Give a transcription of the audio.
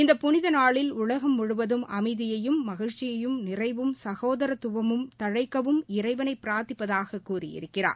இந்த புனித நாளில் உலகம் முழுவதும் அமைதியும் மகிழ்ச்சியும் நிறையவும் சகோதரத்துவம் தழைக்கவும் இறைவனை பிரார்த்திப்பதாகக் கூறியிருக்கிறார்